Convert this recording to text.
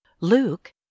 Luke